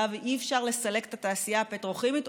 ואי-אפשר לסלק את התעשייה הפטרוכימית,